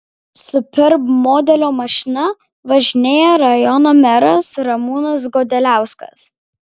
superb modelio mašina važinėja rajono meras ramūnas godeliauskas